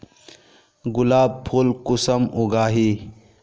गुलाब फुल कुंसम उगाही?